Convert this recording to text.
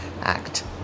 act